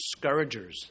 discouragers